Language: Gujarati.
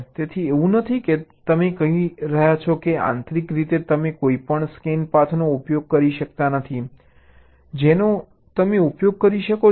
તેથી એવું નથી કે તમે કહી રહ્યા છો કે આંતરિક રીતે તમે કોઈપણ સ્કેન પાથનો ઉપયોગ કરી શકતા નથી જેનો તમે ઉપયોગ કરી શકો છો